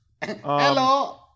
Hello